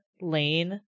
Lane